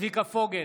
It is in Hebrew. צביקה פוגל,